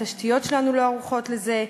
התשתיות שלנו לא ערוכות לזה,